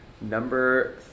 number